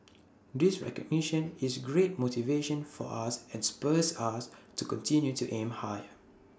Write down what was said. this recognition is great motivation for us and spurs us to continue to aim higher